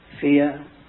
fear